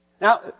Now